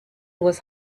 was